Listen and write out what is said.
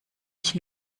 ich